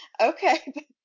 Okay